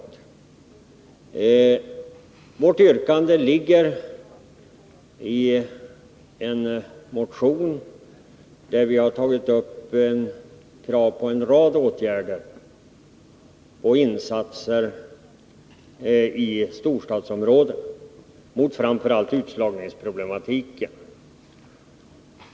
Vi har ställt vårt yrkande i en motion där vi framfört krav på en rad åtgärder och insatser i storstadsområdena mot framför allt utslagningsproblemen.